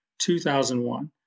2001